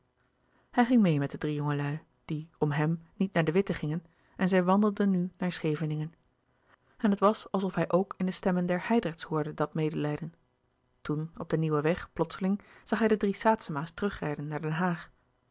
hij ging meê met de drie jongelui die om hem niet naar de witte gingen en zij wandelden nu naar scheveningen en het was alsof hij ook in de stemmen der hijdrechts hoorde dat medelijden toen op den nieuwen weg plotseling zag hij de drie saetzema's terug rijden naar den haag